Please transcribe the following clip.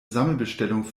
sammelbestellung